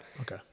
Okay